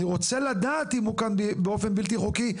אני רוצה לדעת אם הוא כאן באופן בלתי חוקי,